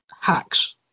hacks